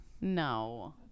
No